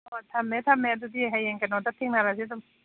ꯑꯣ ꯊꯝꯃꯦ ꯊꯝꯃꯦ ꯑꯗꯨꯗꯤ ꯍꯌꯦꯡ ꯀꯩꯅꯣꯗ ꯊꯦꯡꯅꯔꯁꯤ ꯑꯗꯨꯝ